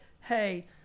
hey